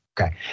Okay